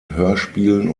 hörspielen